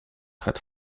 had